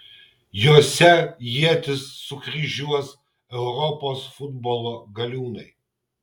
jose ietis sukryžiuos europos futbolo galiūnai